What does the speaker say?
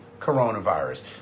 coronavirus